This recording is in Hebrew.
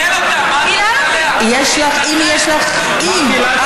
אין סיכוי שתביני,